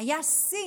היה שיא